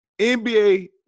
NBA